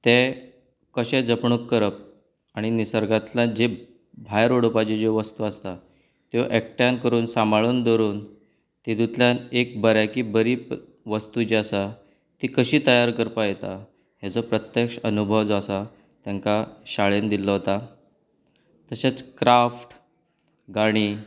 तें कशें जपणूक करप आनी निसर्गांतल्यान जी भायर उडोपाच्यो ज्यो वस्तू आसता त्यो एकठांय करून सांबाळून दवरून तातुंतल्यान एक बऱ्यांकी बरी वस्तू जी आसा ती कशी तयार करपाक येता हाजो प्रत्यक्ष अनुभव जो आसा तांकां शाळेंत दिल्लो वता तशेंच क्राफ्ट गाणीं